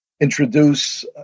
introduce